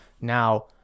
Now